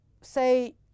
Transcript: say